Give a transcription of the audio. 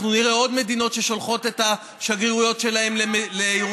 אנחנו נראה עוד מדינית ששולחות את השגרירויות שלהן לירושלים.